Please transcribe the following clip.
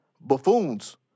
buffoons